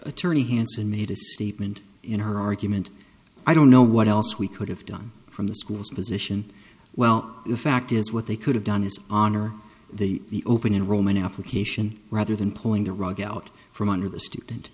attorney hanson made a statement in her argument i don't know what else we could have done from the school's position well the fact is what they could have done is honor the open enrollment application rather than pulling the rug out from under the student